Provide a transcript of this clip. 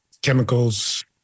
chemicals